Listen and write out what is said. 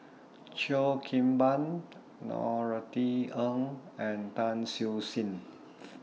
Cheo Kim Ban Norothy Ng and Tan Siew Sin